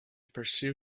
pursue